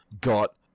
got